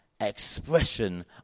expression